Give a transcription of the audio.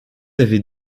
avez